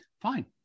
fine